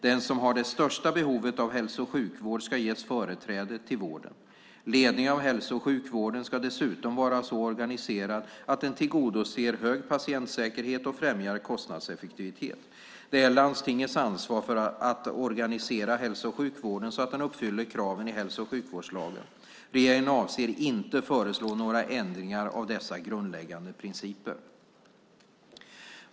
Den som har det största behovet av hälso och sjukvård ska ges företräde till vården. Ledningen av hälso och sjukvården ska dessutom vara så organiserad att den tillgodoser hög patientsäkerhet och främjar kostnadseffektivitet. Det är landstingens ansvar att organisera hälso och sjukvården så att den uppfyller kraven i hälso och sjukvårdslagen. Regeringen avser inte att föreslå några ändringar av dessa grundläggande principer.